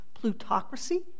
Plutocracy